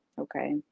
okay